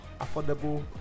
affordable